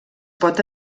pot